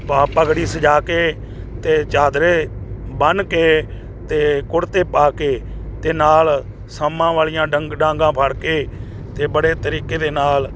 ਪਾ ਪਗੜੀ ਸਜਾ ਕੇ ਅਤੇ ਚਾਦਰੇ ਬੰਨ ਕੇ ਅਤੇ ਕੁੜਤੇ ਪਾ ਕੇ ਅਤੇ ਨਾਲ ਸੰਮਾਂ ਵਾਲੀਆਂ ਡੰਗ ਡਾਂਗਾਂ ਫੜ੍ਹ ਕੇ ਅਤੇ ਬੜੇ ਤਰੀਕੇ ਦੇ ਨਾਲ